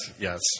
yes